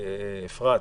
אפרת,